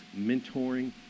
mentoring